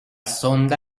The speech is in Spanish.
sonda